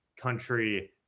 country